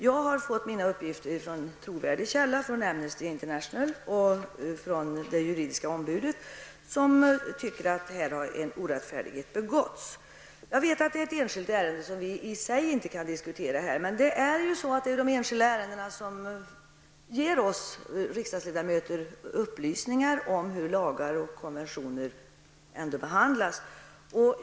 Jag har fått mina uppgifter från en trovärdig källa, från Amnesty International och från det juridiska ombudet, som anser att det har begåtts en orättfärdighet. Jag vet att vi inte kan diskutera enskilda ärenden i sig. Men det är de enskilda ärendena som ger oss riksdagsledamöter upplysningar om hur lagar och konventioner tillämpas.